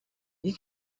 you